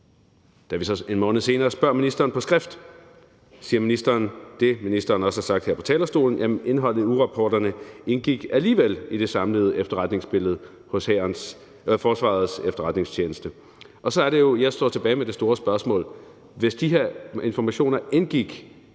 Da vi så en måned senere spørger ministeren på skrift, siger ministeren det, ministeren også har sagt her på talerstolen: Jamen indholdet i ugerapporterne indgik alligevel i det samlede efterretningsbillede hos Forsvarets Efterretningstjeneste. Så er det jo, jeg står tilbage med det store spørgsmål: Hvis de her informationer indgik